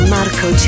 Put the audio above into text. Marco